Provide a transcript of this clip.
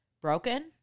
broken